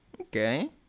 Okay